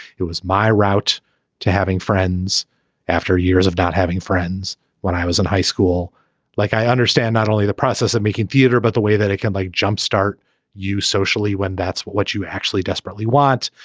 it was my route to having friends after years of not having friends when i was in high school like i understand not only the process of making theatre but the way that it can like jumpstart you socially when that's what what you actually desperately want.